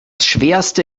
schwerste